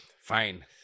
Fine